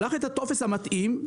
שלח את הטופס המתאים,